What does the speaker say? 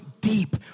deep